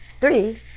three